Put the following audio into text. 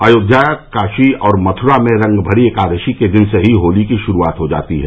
अयोध्या काशी और मथुरा में रंगभरी एकादशी के दिन से ही होली की श्रूआत हो जाती है